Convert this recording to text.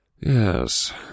Yes